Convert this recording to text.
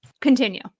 continue